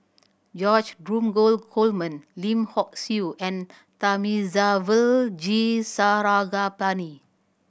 George Dromgold Coleman Lim Hock Siew and Thamizhavel G Sarangapani